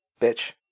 bitch